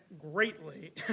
greatly